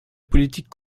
politique